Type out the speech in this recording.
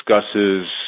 discusses